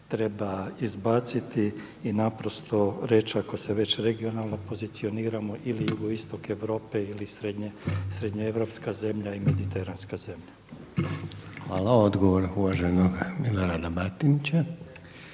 treba izbaciti i naprosto reći ako se već regionalno pozicioniramo ili jugoistok Europe ili srednjoeuropska zemlja i mediteranska zemlja. **Reiner, Željko (HDZ)** Hvala. Odgovor uvaženog Milorada Batinića.